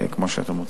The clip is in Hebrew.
כמו שאתם רוצים.